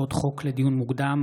לדיון מוקדם,